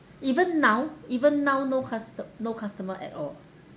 even now even now no custo~ no customer at all